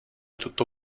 tutto